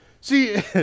See